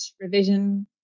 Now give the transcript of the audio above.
revision